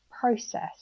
process